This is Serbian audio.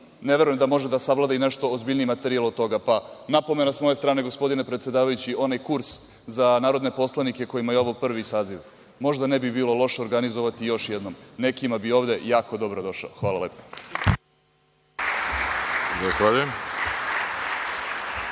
ne verujem da može da savlada i nešto ozbiljniji materijal od toga. Napomena s moje strane, gospodine predsedavajući, onaj kurs za narodne poslanike kojima je ovo prvi saziv možda ne bi bilo loše organizovati još jednom. Nekima bi ovde jako dobro došao. Hvala lepo. **Đorđe